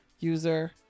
user